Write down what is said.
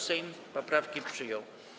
Sejm poprawki przyjął.